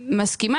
מסכימה.